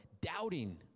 Doubting